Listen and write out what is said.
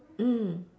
mm